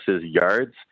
yards